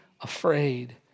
afraid